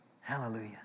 Hallelujah